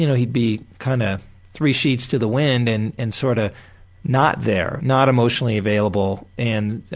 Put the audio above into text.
you know he'd be kind of three sheets to the wind and and sort of not there, not emotionally available and